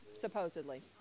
supposedly